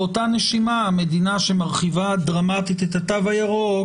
באותה נשימה המדינה שמרחיבה דרמטית את התו הירוק,